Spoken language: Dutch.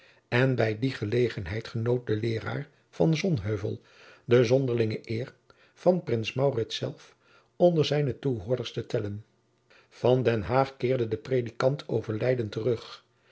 en bij die gelegenheid genoot de leeraar van sonheuvel de zonderlinge eer van prins maurits zelf onder zijne toehoorders te tellen van den haag keerde de predikant over leyden terug